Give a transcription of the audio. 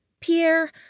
Pierre